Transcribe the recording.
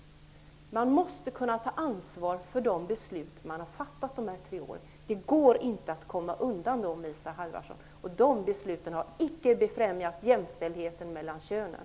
Man måste kunna ta ansar för de beslut man har fattat de här tre åren. Det går inte att komma undan dem, Isa Halvarsson. De besluten har icke befrämjat jämställdheten mellan könen.